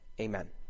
Amen